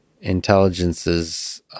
intelligences